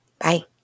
Bye